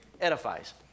edifies